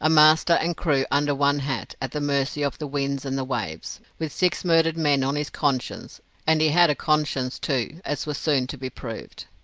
a master and crew under one hat, at the mercy of the winds and the waves, with six murdered men on his conscience and he had a conscience, too, as was soon to be proved.